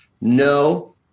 No